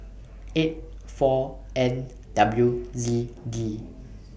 eight four N W Z D